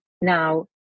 Now